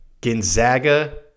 Gonzaga